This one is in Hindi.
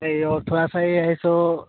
यही और थोड़ा सा ये है सो